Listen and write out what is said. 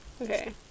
Okay